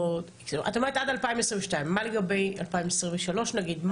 את אומרת עד 2022. מה לגבי 2023 נגיד?